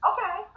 Okay